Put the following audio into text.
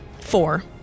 Four